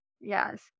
Yes